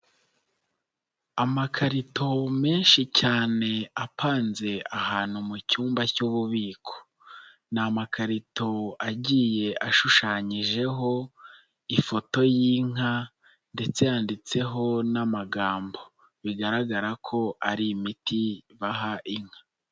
Amakarito menshi cyane apanze ahantu mucmba cy'ububiko. Ni amakarito agiye ashushanyijeho ifoto y'inka ndetse yanditseho n'amagambo, bigaragara ko ari imiti baha inka.